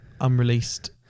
unreleased